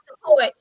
support